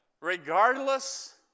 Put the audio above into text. Regardless